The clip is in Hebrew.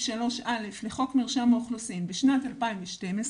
3(א) לחוק מרשם האוכלוסין בשנת 2012,